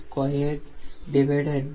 67 0